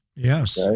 Yes